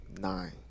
nine